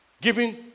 Giving